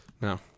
No